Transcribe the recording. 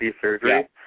surgery